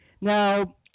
Now